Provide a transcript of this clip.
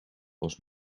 was